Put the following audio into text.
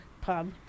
pub